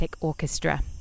orchestra